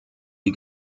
die